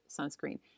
sunscreen